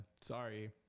Sorry